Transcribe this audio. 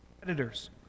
predators